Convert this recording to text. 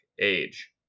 Age